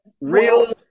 real